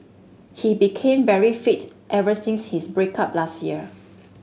he became very fit ever since his break up last year